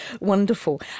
Wonderful